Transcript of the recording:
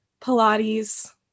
Pilates